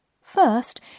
First